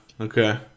okay